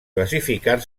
classificar